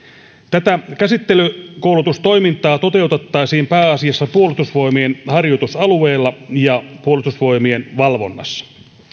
tätä käsittelykoulutustoimintaa toteutettaisiin pääasiassa puolustusvoimien harjoitusalueilla ja puolustusvoimien valvonnassa